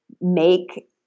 make